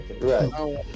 right